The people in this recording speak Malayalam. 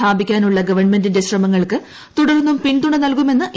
സ്ഥാപിക്കാനുള്ള ഗവൺമെന്റിന്റെ ശ്രമങ്ങൾക്ക് തുടർന്നും പിന്തുണ നൽകുമെന്ന് ഇന്തൃ